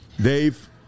Dave